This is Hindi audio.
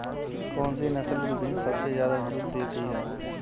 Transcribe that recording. कौन सी नस्ल की भैंस सबसे ज्यादा दूध देती है?